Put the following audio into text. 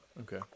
Okay